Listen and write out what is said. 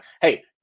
hey